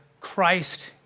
Christ